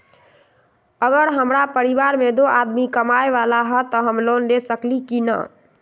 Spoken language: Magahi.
अगर हमरा परिवार में दो आदमी कमाये वाला है त हम लोन ले सकेली की न?